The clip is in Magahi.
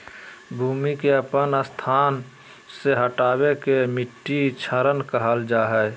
भूमि के अपन स्थान से हटला के मिट्टी क्षरण कहल जा हइ